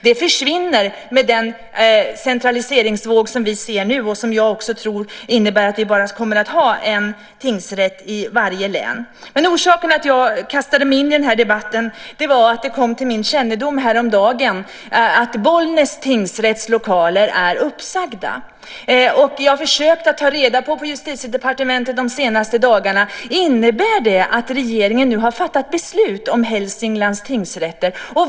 Det försvinner med den centraliseringsvåg som vi ser nu och som jag också tror innebär att vi bara kommer att ha en tingsrätt i varje län. Orsaken till att jag kastade mig in i den här debatten var att det kom till min kännedom häromdagen att Bollnäs tingsrätts lokaler är uppsagda. Jag har de senaste dagarna försökt att på Justitiedepartementet ta reda på om det innebär att regeringen nu har fattat beslut om Hälsinglands tingsrätter.